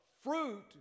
fruit